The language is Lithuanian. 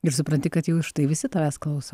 ir supranti kad jau štai visi tavęs klauso